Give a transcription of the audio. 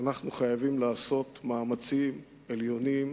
ואנחנו חייבים לעשות מאמצים עליונים,